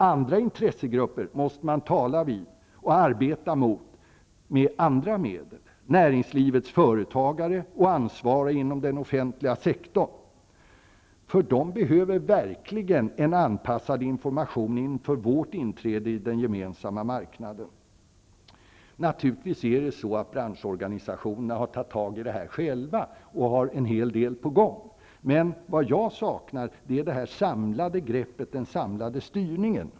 Andra intressegrupper måste man tala vid och arbeta mot med andra medel. Näringslivets företagare och ansvariga inom den offentliga sektorn behöver verkligen en anpassad information inför vårt inträde i den gemensamma marknaden. Naturligtivs har branschorganisationerna tagit tag i det här själva och har en hel del på gång. Men vad jag saknar är det samlade greppet, den samlade styrningen.